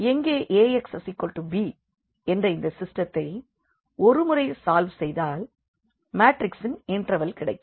Ax b என்ற இந்த சிஸ்டெத்தை ஒரு முறை சால்வ் செய்தால் மேட்ரிக்சின் இன்வெர்ஸ் கிடைக்கும்